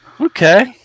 Okay